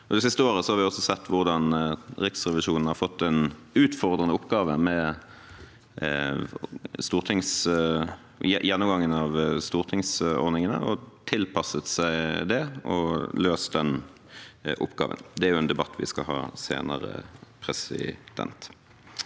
Det siste året har vi også sett hvordan Riksrevisjonen har fått en utfordrende oppgave med gjennomgangen av stortingsordningene. De har tilpasset seg det og løst den oppgaven. Det er en debatt vi skal ha senere. Så er det